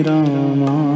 Rama